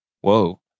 Whoa